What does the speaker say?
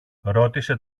ρώτησε